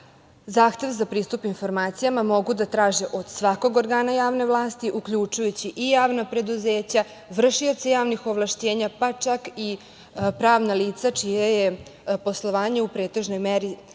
zahtev za pristup informacijama mogu da traže od svakog organa javne vlasti, uključujući i javna preduzeća, vršioce javnih ovlašćenja, pa čak i pravna lica čije je poslovanje u pretežnoj meri sadržano.